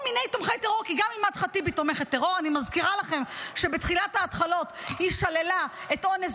אני מזכירה לכם שבתחילת ההתחלות היא שללה את אונס